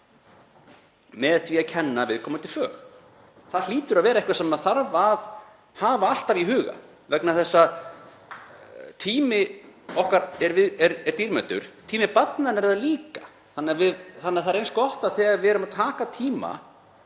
með því að kenna viðkomandi fög? Það hlýtur að vera eitthvað sem þarf að hafa alltaf í huga vegna þess að tími okkar er dýrmætur, tími barnanna er það líka. Þannig að það er eins gott að þegar við erum að taka tíma